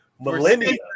millennia